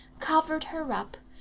covered her up,